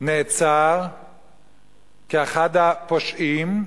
נעצר כאחד הפושעים,